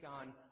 on